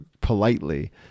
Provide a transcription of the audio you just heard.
politely